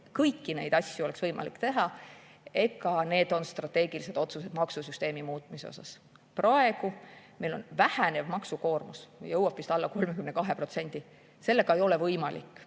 kõiki neid asju oleks võimalik teha, siis on vaja strateegilisi otsuseid maksusüsteemi muutmise kohta. Praegu on meil vähenev maksukoormus, see jõuab vist alla 32%. Sellega ei ole võimalik